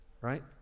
Right